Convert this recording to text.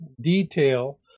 detail